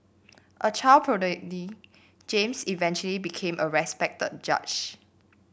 a child James eventually became a respected judge